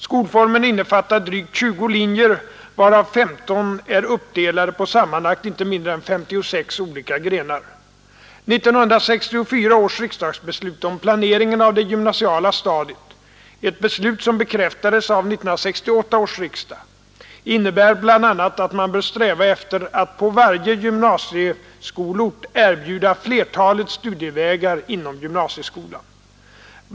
Skolformen innefattar drygt 20 linjer, varav 15 är uppdelade på sammanlagt inte mindre än 56 olika grenar. 1964 års riksdagsbeslut om planeringen av det gymnasiala stadiet — ett beslut som bekräftades av 1968 års riksdag — innebär bl.a. att man bör sträva efter att på varje gymnasieskolort erbjuda flertalet studievägar inom gymnasieskolan.